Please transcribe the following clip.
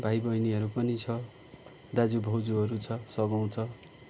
भाइ बहिनीहरू पनि छ दाजु भाउजूहरू छ सघाउँछ